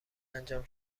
انجام